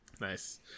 Nice